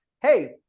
Hey